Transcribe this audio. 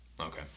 Okay